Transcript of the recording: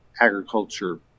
agriculture